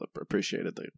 appreciated